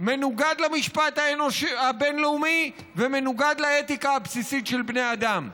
מנוגד למשפט הבין-לאומי ומנוגד לאתיקה הבסיסית של בני האדם.